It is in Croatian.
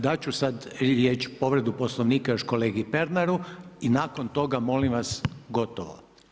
Dat ću sad riječ povredi Poslovnika još kolegi Pernaru i nakon toga molim vas, gotovo.